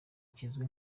kizwi